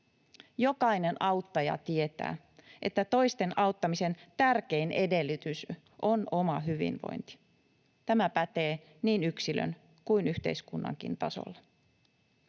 Jokainen auttaja tietää, että toisten auttamisen tärkein edellytys on oma hyvinvointi. Tämä pätee niin yksilön kuin yhteiskunnankin tasolla.